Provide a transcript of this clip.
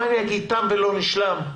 תם ולא נשלם.